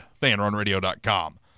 fanrunradio.com